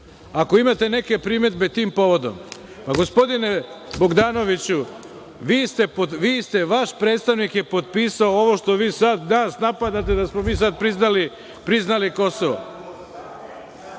Ako imate neke primedbe tim povodom, gospodine Bogdanoviću, vaš predstavnik je potpisao ovo što vi sada nas napadate da smo mi priznali Kosovo.(Goran